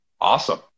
Awesome